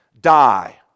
Die